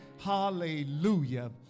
Hallelujah